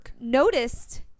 noticed